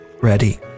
ready